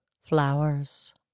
flowers